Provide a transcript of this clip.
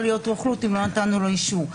לעשות רוכלות אם לא נתנו לו אישור.